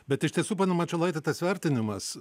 bet iš tiesų mano mačiulaitis tas vertinimas